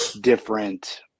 different